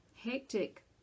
hectic